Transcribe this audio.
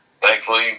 thankfully